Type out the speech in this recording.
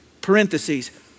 parentheses